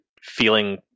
feeling